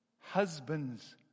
Husbands